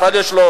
בכלל יש לו